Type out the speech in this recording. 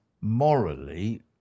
morally